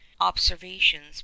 observations